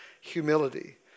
humility